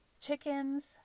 chickens